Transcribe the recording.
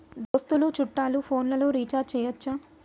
దోస్తులు చుట్టాలు ఫోన్లలో రీఛార్జి చేయచ్చా?